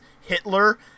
Hitler